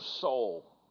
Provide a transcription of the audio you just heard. soul